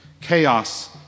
chaos